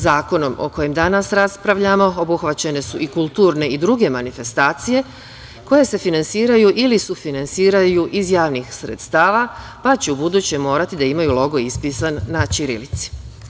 Zakonom o kojem danas raspravljamo obuhvaćene su i kulturne i druge manifestacije koje se finansiraju ili sufinansiraju iz javnih sredstava, pa će ubuduće morati da imaju logo ispisan na ćirilici.